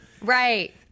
Right